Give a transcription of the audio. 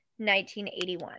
1981